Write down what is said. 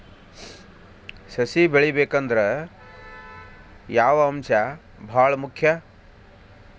ಸಸಿ ಬೆಳಿಬೇಕಂದ್ರ ಯಾವ ಅಂಶ ಭಾಳ ಮುಖ್ಯ?